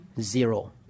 zero